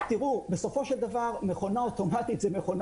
בסופו של דבר מכונה אוטומטית זה מכונה